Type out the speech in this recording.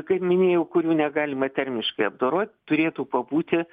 kaip minėjau kurių negalima termiškai apdorot turėtų pabūti